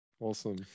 Awesome